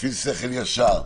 להפעיל שכל ישר.